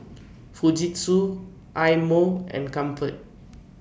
Fujitsu Eye Mo and Comfort